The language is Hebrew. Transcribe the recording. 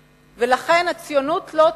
לכן הציונות לא תמה.